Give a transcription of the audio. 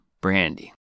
Brandy